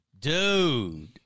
Dude